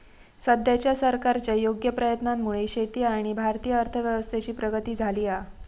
सद्याच्या सरकारच्या योग्य प्रयत्नांमुळे शेती आणि भारतीय अर्थव्यवस्थेची प्रगती झाली हा